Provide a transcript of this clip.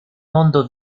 mondo